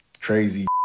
crazy